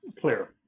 clear